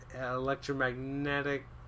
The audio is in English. electromagnetic